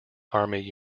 army